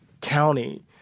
county